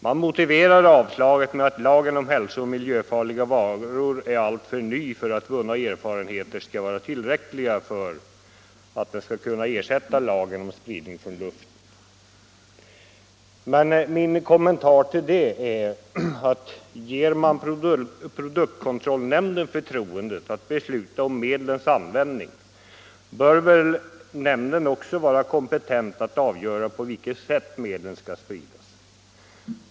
Man motiverar avslagsyrkandet med att lagen om hälsooch miljöfarliga varor är alltför ny för att vunna erfarenheter skall vara tillräckliga för att den skall kunna ersätta lagen om spridning från luften. Min kommentar till det är att om produktkontrollnämnden får förtroendet att besluta om medlens användning, bör nämnden också vara kompetent att avgöra på vilket sätt medlen skall spridas.